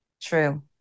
True